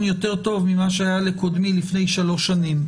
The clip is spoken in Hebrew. טוב יותר ממה שהיה לקודמו לפני שלוש שנים.